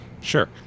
sure